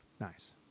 nice